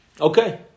Okay